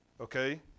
Okay